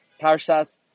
Parshas